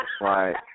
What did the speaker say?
Right